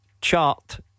chart